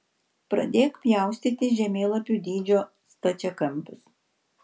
pradėk pjaustyti žemėlapių dydžio stačiakampius